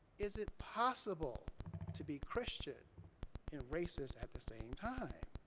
is it possible to be christian and racist at the same time?